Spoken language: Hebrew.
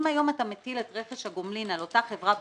אם היום אתה מטיל את רכש הגומלין על אותה חברה באמצע,